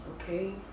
okay